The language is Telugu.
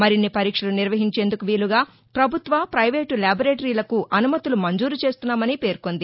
మరిన్ని పరీక్షలు నిర్వహించేందుకు వీలుగా ప్రభుత్వ ప్రైవేటు ల్యాటొరేటరీలకు అనుమతులు మంజూరు చేస్తున్నామని పేర్కొంది